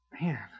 man